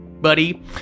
buddy